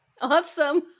Awesome